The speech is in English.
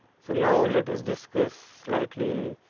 so now, let us discuss slightly in